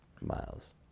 miles